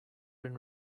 been